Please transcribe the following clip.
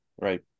Right